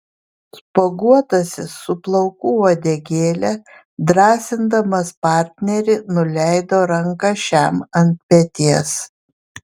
spuoguotasis su plaukų uodegėle drąsindamas partnerį nuleido ranką šiam ant peties